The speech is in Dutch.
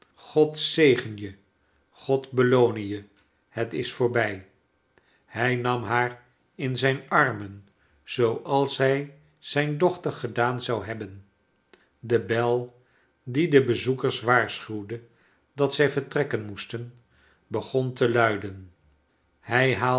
god zegen je god beloone je het is voorbij hij nam haar in zijn armen zooals hij zijn dochter gedaan zou hebben de bel die de bezoekers waarschuwde dat zij vertrekken moesten begon te luiden